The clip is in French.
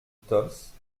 tosse